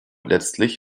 letztlich